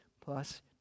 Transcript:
plus